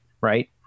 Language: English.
right